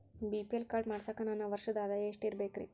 BPL card ಮಾಡ್ಸಾಕ ನನ್ನ ವರ್ಷದ್ ಆದಾಯ ಎಷ್ಟ ಇರಬೇಕ್ರಿ?